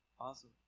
Awesome